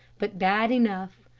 but bad enough.